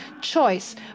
choice